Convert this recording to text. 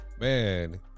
Man